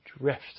Drift